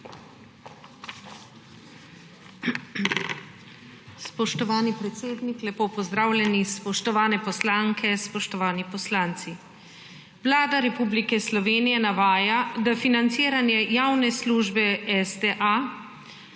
Spoštovani predsednik, lepo pozdravljeni! Spoštovane poslanke in poslanci! Vlada Republike Slovenije navaja, da financiranje javne službe STA